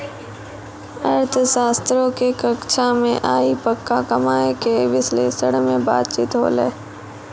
अर्थशास्त्रो के कक्षा मे आइ पक्का कमाय के विश्लेषण पे बातचीत होलै